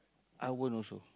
I won't also